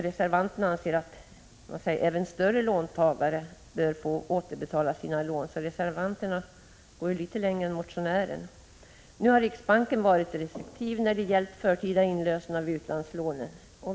Reservanterna anser att även större — Prot. 1985/86:141 låntagare bör få återbetala sina lån, så de går litet längre än motionären. 14 maj 1986 Nu har riksbanken varit restriktiv när det gäller förtida inlösen av utlandslån.